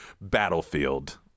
battlefield